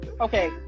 Okay